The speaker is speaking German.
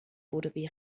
wurde